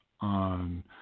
on